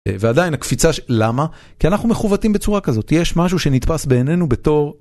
ועדיין הקפיצה של למה? כי אנחנו מחווטים בצורה כזאת, יש משהו שנתפס בעינינו בתור.